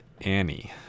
Annie